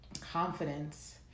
confidence